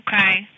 Okay